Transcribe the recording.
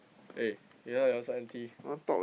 eh your one so empty